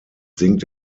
singt